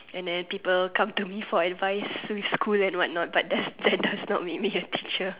and then people come to me for advice with school and what not but that does not make me a teacher